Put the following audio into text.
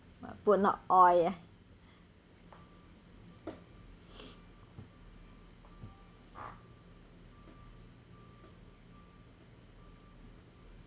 put a lot oil ah